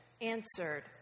Answered